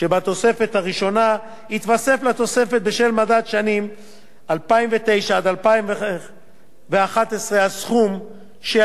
יתווסף לתוספת בשל מדד שנים 2009 2011 הסכום שישלים ל-5%.